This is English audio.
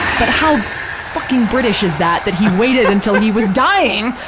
but how fucking british is that, that he waited until he was dying.